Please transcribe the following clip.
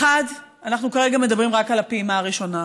האחד, אנחנו כרגע מדברים רק על הפעימה הראשונה.